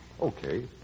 Okay